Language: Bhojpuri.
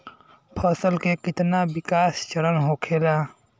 फसल के कितना विकास चरण होखेला?